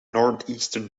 northeastern